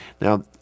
Now